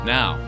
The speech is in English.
Now